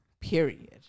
period